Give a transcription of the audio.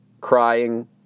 crying